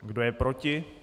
Kdo je proti?